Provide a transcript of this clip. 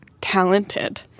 talented